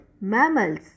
mammals